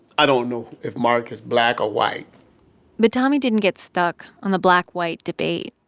i don't know if mark is black or white but tommie didn't get stuck on the black-white debate.